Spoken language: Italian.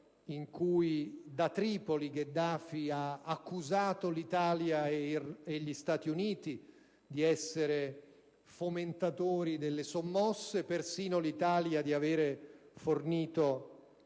in cui da Tripoli Gheddafi ha accusato l'Italia e gli Stati Uniti di essere fomentatori delle sommosse, e addirittura l'Italia di avere fornito